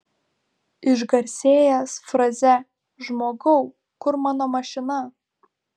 išgarsėjęs fraze žmogau kur mano mašina